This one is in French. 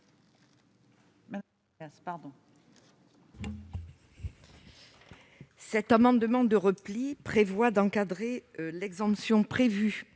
Cet amendement de repli vise à encadrer l'exemption prévue